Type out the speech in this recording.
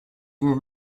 you